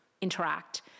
interact